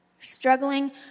struggling